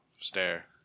Stare